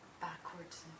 backwards